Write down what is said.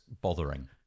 bothering